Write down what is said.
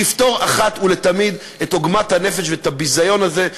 שיפתור אחת ולתמיד את עוגמת הנפש ואת הביזיון הזה,